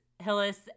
Hillis